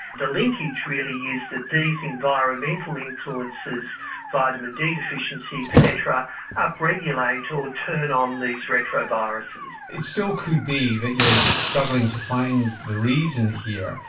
the linkage really is that these environmental influences vitamin d deficiency et cetera up-regulate or turn on these retroviruses. it still could be that you are struggling to find the reason here,